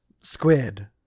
squid